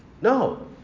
No